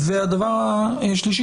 הדבר השלישי,